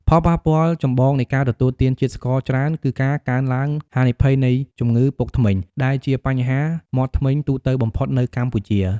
ផលប៉ះពាល់ចម្បងនៃការទទួលទានជាតិស្ករច្រើន គឺការកើនឡើងហានិភ័យនៃជំងឺពុកធ្មេញ ដែលជាបញ្ហាមាត់ធ្មេញទូទៅបំផុតនៅកម្ពុជា។